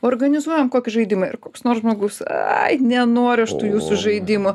organizuojam kokį žaidimą ir koks nors žmogus ai nenoriu aš tų jūsų žaidimų